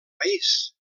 país